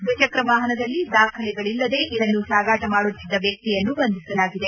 ದ್ವಿಚಕ್ರ ವಾಹನದಲ್ಲಿ ದಾಖಲೆಗಳಲ್ಲದೆ ಇದನ್ನು ಸಾಗಾಟ ಮಾಡುತ್ತಿದ್ದ ವ್ಯಕ್ತಿಯನ್ನು ಬಂಧಿಸಲಾಗಿದೆ